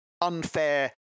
unfair